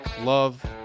Love